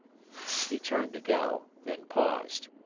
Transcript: he turned to go, then paused.